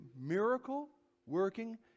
miracle-working